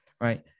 Right